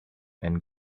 and